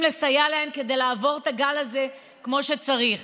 לסייע להם כדי לעבור את הגל הזה כמו שצריך.